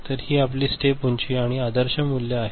तर ही आपली स्टेप उंची आणि आदर्श मूल्य आहे